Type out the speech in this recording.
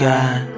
God